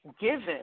given